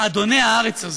אדוני הארץ הזאת,